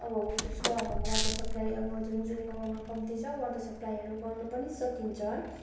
अब जसको अब वाटर सप्पलाई अब जुन जुन गाउँमा कम्ती छ वाटर सप्लाईहरू गर्नु पनि सकिन्छ